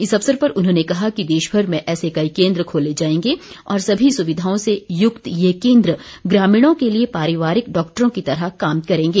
इस अवसर पर उन्होंने कहा कि देशभर में ऐसे कई केन्द्र खोले जायेंगे और सभी सुविघाओं से युक्त ये केन्द्र ग्रामीणों के लिए पारिवारिक डॉक्टरों की तरह काम करेंगे